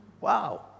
Wow